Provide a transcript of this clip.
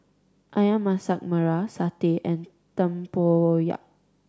Ayam Masak Merah satay and tempoyak